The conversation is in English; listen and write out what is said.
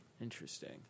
Interesting